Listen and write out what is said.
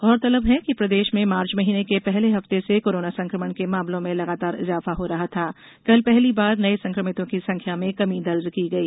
गौरतलब है कि प्रदेश में मार्च महीने के पहले हफ्ते से कोरोना संकमण के मामलों लगातार इजाफा हो रहा था कल पहली बार नये संकमितों की संख्या में कमी दर्ज की गई